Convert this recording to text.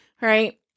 Right